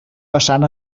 passant